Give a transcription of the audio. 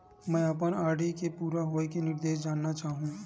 मैं अपन आर.डी के पूरा होये के निर्देश जानना चाहहु